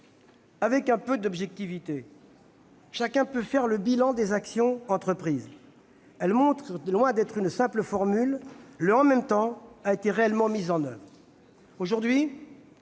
Avec un peu d'objectivité, chacun peut faire le bilan des actions entreprises. Il montre que, loin d'être une simple formule, le « en même temps » a réellement été mis en oeuvre.